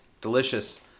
delicious